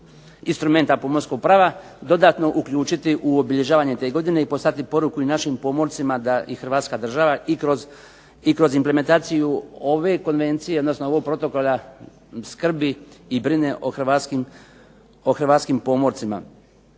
instrumenta pomorskog prava dodatno uključiti u obilježavanje te godine i poslati poruku i našim pomorcima da i Hrvatska država i kroz implementaciju ove konvencije, odnosno ovog protokola skrbi i brine o hrvatskim pomorcima